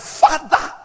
father